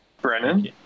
Brennan